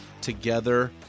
together